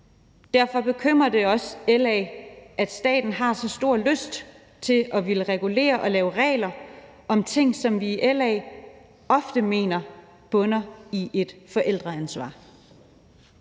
Derfor bekymrer det også LA, at staten har så stor lyst til at ville regulere og lave regler om ting, som vi i LA ofte mener bunder i et forældreansvar.